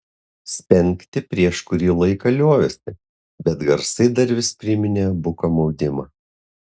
spengti prieš kurį laiką liovėsi bet garsai dar vis priminė buką maudimą